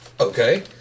Okay